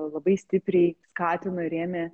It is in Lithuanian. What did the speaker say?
labai stipriai skatino rėmė